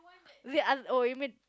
wait uh oh you mean